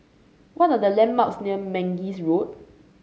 what are the landmarks near Mangis Road